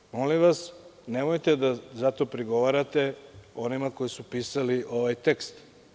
Stoga, molim vas, nemojte da zato prigovarate onima koji su pisali ovaj tekst.